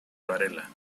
varela